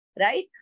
right